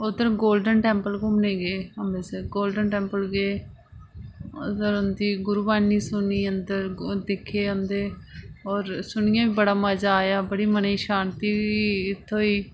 उद्धर Golden Temple घुम्मने गी गे अमृतसर गोल्डन टैम्पल ओह् उंदी गुरवाणी सुनी अंदर ओह् दिक्खे ते सुनियै बड़ा मज़ा आया होर मनै गी बड़ी शांति थ्होई